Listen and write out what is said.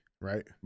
right